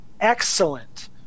excellent